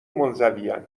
منزوین